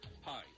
Hi